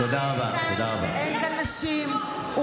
אין כאן נשים, זה קיים בחוק, תודה, תודה רבה.